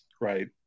right